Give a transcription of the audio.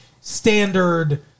standard